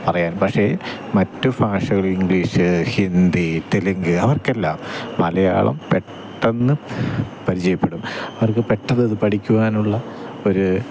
പറയാം പക്ഷേ മറ്റ് ഭാഷകൾ ഇംഗ്ലീഷ് ഹിന്ദി തെലുങ്ക് അവർക്കെല്ലാം മലയാളം പെട്ടന്ന് പരിചയപ്പെടും അവർക്ക് പെട്ടന്ന് അത് പഠിക്കുവാനുള്ള ഒരു